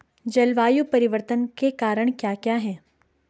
जलवायु परिवर्तन के कारण क्या क्या हैं?